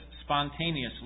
spontaneously